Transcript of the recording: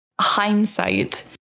hindsight